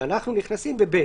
ואנחנו נכנסים ב-(ב)